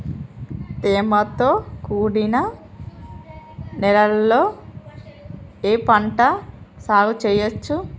తేమతో కూడిన నేలలో ఏ పంట సాగు చేయచ్చు?